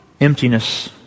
emptiness